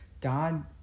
God